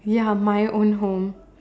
ya my own home